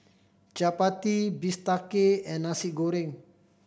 chappati bistake and Nasi Goreng